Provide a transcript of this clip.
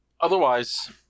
Otherwise